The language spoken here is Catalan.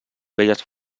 belles